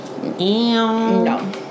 No